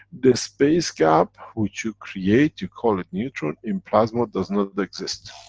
the space gap which you create you call it neutron, in plasma does not exist.